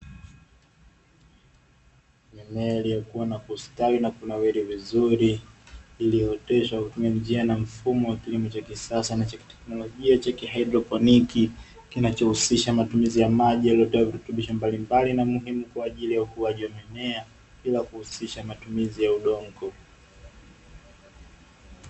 Mimea iliyokua na kustawi na kunawiri vizuri, iliyooteshwa kutumia njia na mfumo wa kilimo cha kisasa na cha kiteknolojia ya haidroponi, kinachojihusisha matumizi ya maji yaliyotiwa virutubisho mbalimbali na muhimu kwa ajili ya ukuaji wa mimea bila kuhusisha matumizi ya udongo.